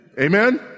Amen